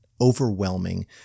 overwhelming